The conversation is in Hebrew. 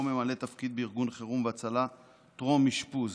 או ממלא תפקיד בארגון חירום והצלה טרום אשפוז.